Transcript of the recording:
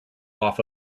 off